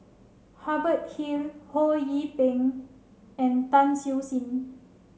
Hubert Hill Ho Yee Ping and Tan Siew Sin